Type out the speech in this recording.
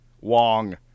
wong